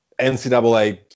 NCAA